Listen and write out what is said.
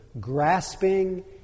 grasping